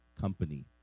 company